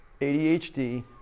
ADHD